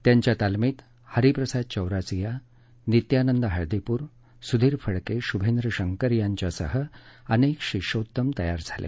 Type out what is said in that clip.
त्यांच्या तालमीत हरिप्रसाद चौरसिया नित्यानंद हळदीपूर सुधीर फडके शुभेंद्र शंकर यांच्यासह अनेक शिष्योत्तम तयार झाले